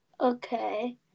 Okay